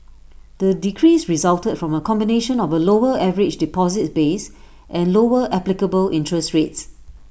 the decrease resulted from A combination of A lower average deposits base and lower applicable interest rates